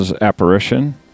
Apparition